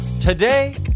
today